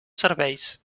serveis